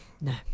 No